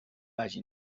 pàgines